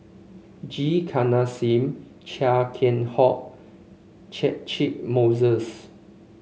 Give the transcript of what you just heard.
G Kandasamy Chia Keng Hock Catchick Moses